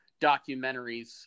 documentaries